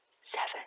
Seven